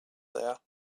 there